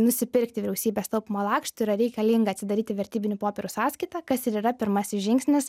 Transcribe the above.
nusipirkti vyriausybės taupymo lakštų yra reikalinga atsidaryti vertybinių popierių sąskaitą kas ir yra pirmasis žingsnis